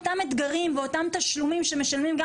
אותם אתגרים ואותם תשלומים שמשלמים גם